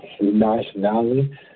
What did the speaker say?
nationality